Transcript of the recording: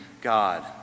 God